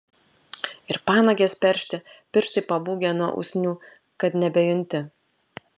ir panagės peršti pirštai pabūgę nuo usnių kad nebejunti